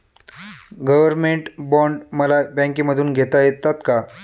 Government bond मला बँकेमधून घेता येतात का?